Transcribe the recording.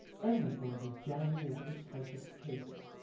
everything was jammed into the tightest cases,